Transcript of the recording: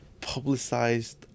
publicized